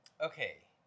okay